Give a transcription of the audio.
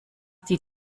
die